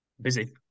Busy